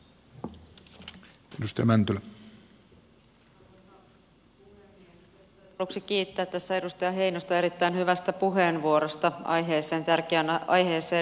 ensiksi haluan kiittää tässä edustaja heinosta erittäin hyvästä puheenvuorosta aiheeseen tärkeään aiheeseen liittyen